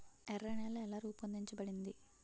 ఎర్ర నేల ఎలా రూపొందించబడింది?